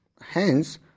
Hence